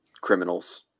criminals